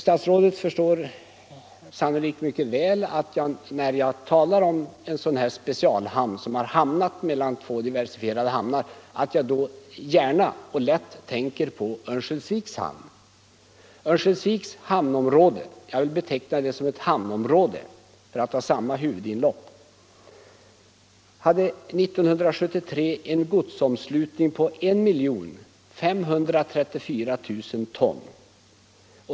Statsrådet förstår sannolikt mycket väl att jag när jag talar om en specialhamn som hamnat mellan två diversifierade hamnar tänker på Örnsköldsviks hamn. Örnsköldsviks hamnområde hade 1973 en godsomslutning på 1 534 000 ton.